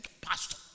Pastor